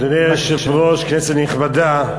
אדוני היושב-ראש, כנסת נכבדה,